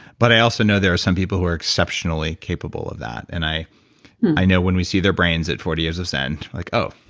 but i also know there are some people who are exceptionally capable of that. and i i know when we see their brains at forty years of zen like oh,